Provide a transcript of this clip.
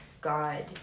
God